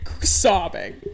sobbing